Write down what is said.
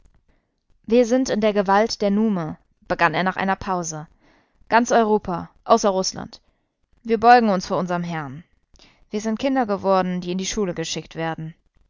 wir sind in der gewalt der nume begann er nach einer pause ganz europa außer rußland wir beugen uns vor unserm herrn wir sind kinder geworden die in die schule geschickt werden